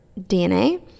DNA